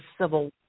civil